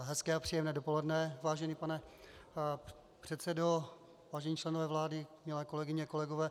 Hezké a příjemné dopoledne, vážený pane předsedo, vážení členové vlády, milé kolegyně, kolegové.